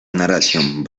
narración